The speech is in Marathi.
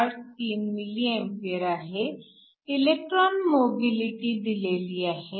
83 mA आहे इलेक्ट्रॉन मोबिलिटी दिलेली आहे